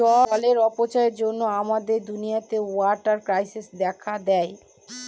জলের অপচয়ের জন্য আমাদের দুনিয়াতে ওয়াটার ক্রাইসিস দেখা দেয়